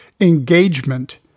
engagement